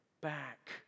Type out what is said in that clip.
back